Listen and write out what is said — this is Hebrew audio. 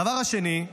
הדבר השני,